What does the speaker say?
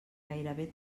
gairebé